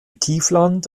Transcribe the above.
tiefland